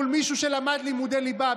או מול מישהו שלמד לימודי ליבה,